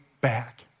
back